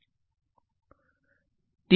વિદ્યાર્થી ખુલ્લો